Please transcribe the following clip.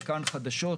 חלקן חדשות,